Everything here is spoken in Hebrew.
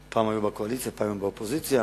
פעם היו בקואליציה, פעם הם באופוזיציה,